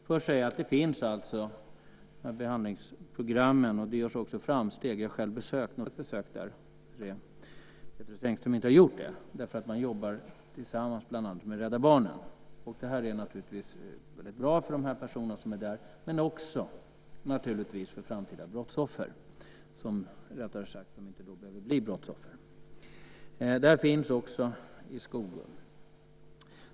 Fru talman! Det finns alltså behandlingsprogram, och det görs framsteg. Jag har själv besökt Norrtäljeanstalten och kan rekommendera ett besök där om Désirée Pethrus Engström inte har gjort det. Där jobbar man tillsammans med bland annat Rädda Barnen. Det är naturligtvis väldigt bra för de personer som finns där men också naturligtvis med tanke på framtida brottsoffer - eller rättare sagt att det inte behöver bli sådana. Det här finns också i skolan.